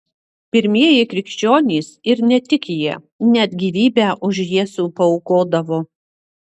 pirmieji krikščionys ir ne tik jie net gyvybę už jėzų paaukodavo